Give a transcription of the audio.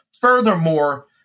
Furthermore